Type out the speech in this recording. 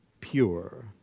pure